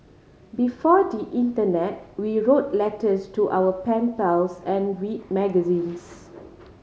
before the internet we wrote letters to our pen pals and read magazines